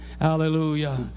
Hallelujah